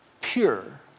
pure